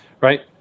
right